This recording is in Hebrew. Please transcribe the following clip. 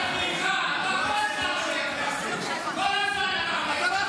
כל הזמן אתה עומד כשח"כים ערבים מדברים.